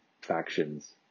factions